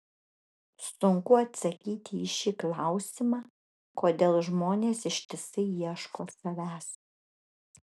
sunku atsakyti į šį klausimą kodėl žmonės ištisai ieško savęs